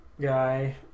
guy